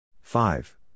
five